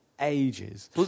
ages